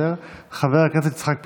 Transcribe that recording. חבר הכנסת יצחק פינדרוס,